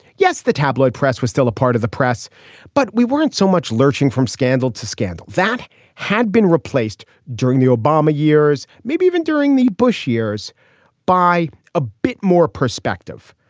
yes the tabloid press was still a part of the press but we weren't so much lurching from scandal to scandal that had been replaced during the obama years maybe even during the bush years by a bit more perspective.